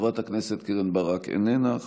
חברת הכנסת קרן ברק, איננה.